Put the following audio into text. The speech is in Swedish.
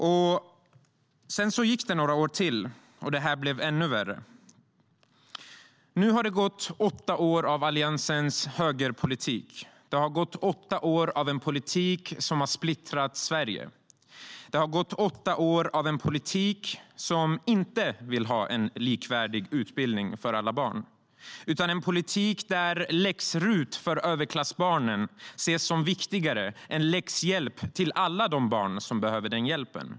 Det gick några år till, och det blev ännu värre. Nu har vi haft åtta år med Alliansens högerpolitik. Det har varit åtta år med en politik som har splittrat Sverige, och det har varit åtta år med en politik som inte vill ha likvärdig utbildning för alla barn. Det har varit en politik där läx-RUT för överklassbarnen ses som viktigare än läxhjälp till alla barn som behöver den hjälpen.